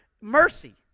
mercy